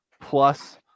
plus –